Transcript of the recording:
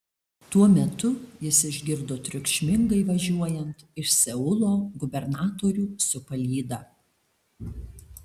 tuo metu jis išgirdo triukšmingai važiuojant iš seulo gubernatorių su palyda